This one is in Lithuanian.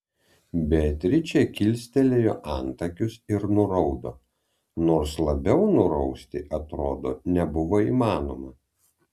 beatričė kilstelėjo antakius ir nuraudo nors labiau nurausti atrodo nebuvo įmanoma